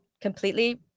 completely